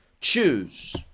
Choose